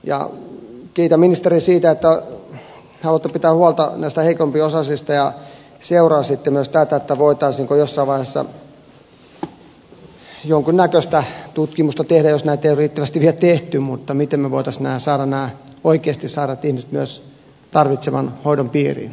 kiitän ministeriä siitä että haluatte pitää huolta näistä heikompiosaisista ja seuraisitte myös tätä voitaisiinko jossain vaiheessa jonkun näköistä tutkimusta tehdä jos näitä ei ole riittävästi vielä tehty miten me voisimme saada nämä oikeasti sairaat ihmiset myös tarvitsemansa hoidon piiriin